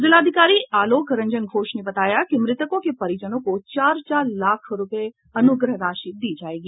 जिला अधिकारी आलोक रंजन घोष ने बताया कि मृतकों के परिजनों को चार चार लाख रुपये अनुग्रह राशि दी जाएगी